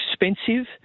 expensive